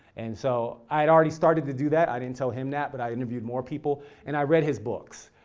and so, i'd already started to do that. i didn't tell him that, but i interviewed more people and i read his books,